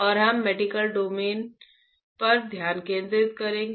और हम medical domain पर ध्यान केंद्रित करेंगे